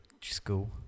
school